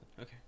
Okay